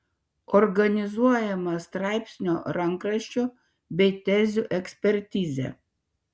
organizuojama straipsnio rankraščio bei tezių ekspertizė